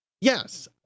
yes